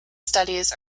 studies